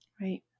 Right